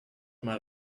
mal